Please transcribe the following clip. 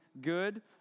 good